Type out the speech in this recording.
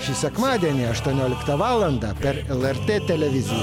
šį sekmadienį aštuonioliktą valandą per lrt televiziją